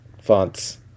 fonts